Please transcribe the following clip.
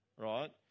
right